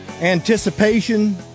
Anticipation